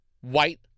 white